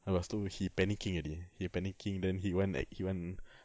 lepas tu he panicking already he panicking then he want ex~ he want